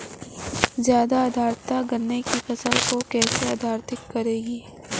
ज़्यादा आर्द्रता गन्ने की फसल को कैसे प्रभावित करेगी?